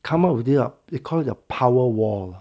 come up with this they call it the power wall ah